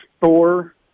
Thor